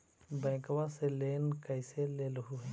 बैंकवा से लेन कैसे लेलहू हे?